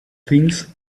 things